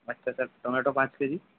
আচ্ছা sir tomato পাঁচ KG